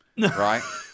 Right